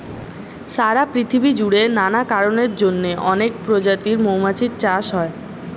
সারা পৃথিবী জুড়ে নানা কারণের জন্যে অনেক প্রজাতির মৌমাছি চাষ হয়